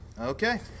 Okay